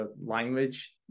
language